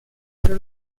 pero